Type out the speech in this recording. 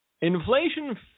Inflation